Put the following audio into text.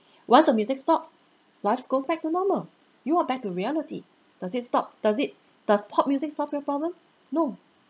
once the music stop lives goes back to normal you are back to reality does it stop does it does pop music solve your problem no